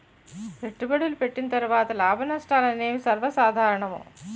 పెట్టుబడులు పెట్టిన తర్వాత లాభనష్టాలు అనేవి సర్వసాధారణం